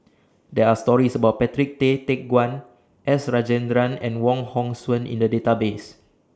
There Are stories about Patrick Tay Teck Guan S Rajendran and Wong Hong Suen in The Database